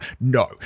No